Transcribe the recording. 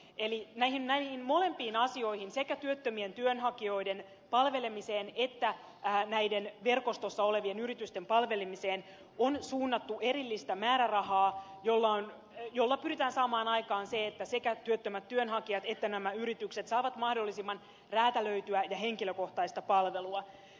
eli näihin molempiin asioihin sekä työttömien työnhakijoiden palvelemiseen että näiden verkostossa olevien yritysten palvelemiseen on suunnattu erillistä määrärahaa jolla pyritään saamaan aikaan se että sekä työttömät työnhakijat että nämä yritykset saavat mahdollisimman räätälöityä ja henkilökohtaista palvelua